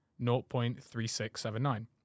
0.3679